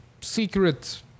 secret